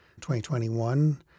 2021